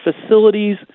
facilities